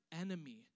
enemy